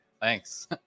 Thanks